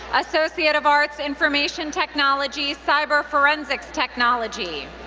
associate of arts, information technology, cyber forensics technology.